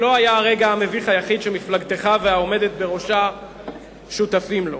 זה לא היה הרגע המביך היחיד שמפלגתך והעומדת בראשה שותפים לו.